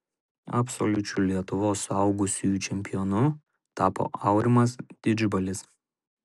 absoliučiu lietuvos suaugusiųjų čempionu tapo aurimas didžbalis